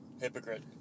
Hypocrite